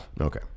Okay